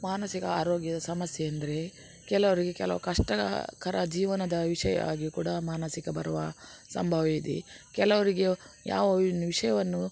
ಮಾನಸಿಕ ಆರೋಗ್ಯದ ಸಮಸ್ಯೆ ಎಂದರೆ ಕೆಲವರಿಗೆ ಕೆಲವು ಕಷ್ಟಕರ ಜೀವನದ ವಿಷಯವಾಗಿ ಕೂಡ ಮಾನಸಿಕ ಬರುವ ಸಂಭವ ಇದೆ ಕೆಲವರಿಗೆ ಯಾವ ವಿಷಯವನ್ನು